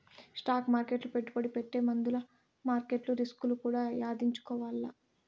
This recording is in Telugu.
స్టాక్ మార్కెట్ల పెట్టుబడి పెట్టే ముందుల మార్కెట్ల రిస్కులు కూడా యాదించుకోవాల్ల